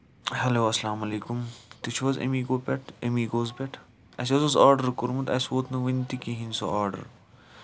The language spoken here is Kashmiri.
ہیلو اَسلام علیکُم تُہۍ چھِو حظ امیٖگو پٮ۪ٹھ امیٖگوز پٮ۪ٹھٕ اَسہِ حظ اوس آڈر کورمُت اَسہِ ووت نہٕ ؤنۍ تہِ کِہینۍ سُہ آڈر